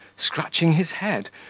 scratching his head,